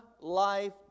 life